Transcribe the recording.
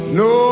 no